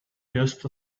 just